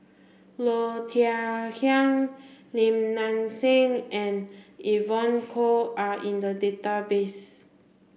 Low Thia Khiang Lim Nang Seng and Evon Kow are in the database